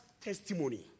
testimony